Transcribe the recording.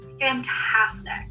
fantastic